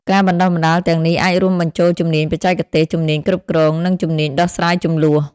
ការបណ្ដុះបណ្ដាលទាំងនេះអាចរួមបញ្ចូលជំនាញបច្ចេកទេស ជំនាញគ្រប់គ្រង និងជំនាញដោះស្រាយជម្លោះ។